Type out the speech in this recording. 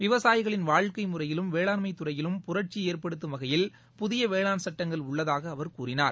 விவசாயிகளின் வாழ்க்கை முறையிலும் வேளாண்மைத் துறையிலும் புரட்சியை ஏற்படுத்தும் வகையில் புதிய வேளாண் சட்டங்கள் உள்ளதாக அவர் கூறினார்